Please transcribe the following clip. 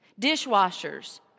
Dishwashers